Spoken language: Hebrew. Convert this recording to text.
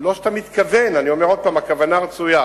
לא שאתה מתכוון, אני אומר עוד פעם: הכוונה רצויה,